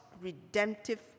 redemptive